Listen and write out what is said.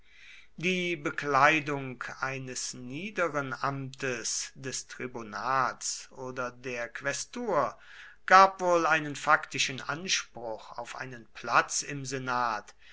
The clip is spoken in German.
die bekleidung eines niederen amtes des tribunats oder der quästur gab wohl einen faktischen anspruch auf einen platz im senat